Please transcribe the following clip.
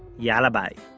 yalla bye